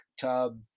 tub